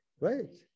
Right